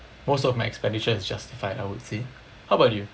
most of my expenditure is justified I would say how about you